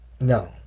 No